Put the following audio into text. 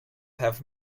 have